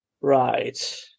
Right